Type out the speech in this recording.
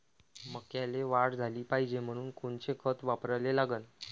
मक्याले वाढ झाली पाहिजे म्हनून कोनचे खतं वापराले लागन?